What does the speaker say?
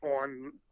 on